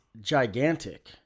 gigantic